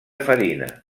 farina